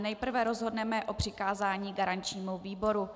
Nejprve rozhodneme o přikázání garančnímu výboru.